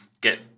get